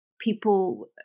people